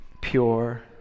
pure